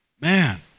man